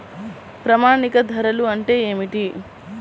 ప్రామాణిక ధరలు అంటే ఏమిటీ?